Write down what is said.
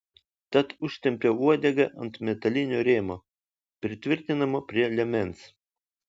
tad užtempiau uodegą ant metalinio rėmo pritvirtinamo prie liemens